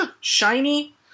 shiny